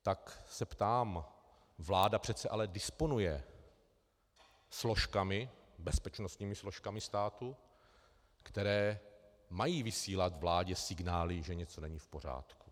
Tak se ptám: vláda přece ale disponuje bezpečnostními složkami státu, které mají vysílat vládě signály, že něco není v pořádku.